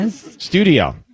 Studio